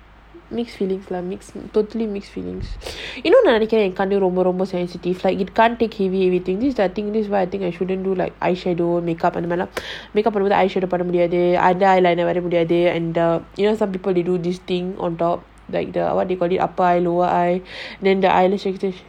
mixed feelings lah totally mixed feelings you know நான்அன்னைக்குகண்ணுரொம்பரொம்ப:nan annaiku kannu romba romba like you can't take heavy everything this is why I think this is why I think I shouldn't do like eyeshadow makeup makeup அந்தமாதிரிலாம்:andha madhirilam you know some people they do this thing on top like the what they call it upper and lower eye